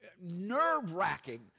nerve-wracking